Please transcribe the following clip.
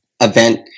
event